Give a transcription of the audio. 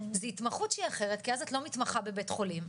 זה התמחות שהיא אחרת כי אז את לא מתמחה בבית החולים,